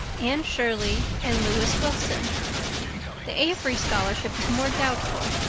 anne shirley, and lewis wilson the avery scholarship was more doubtful,